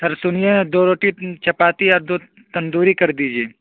سر سنیے دو روٹی چپاتی اور دو تندوری کر دیجیے